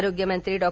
आरोग्य मंत्री डॉ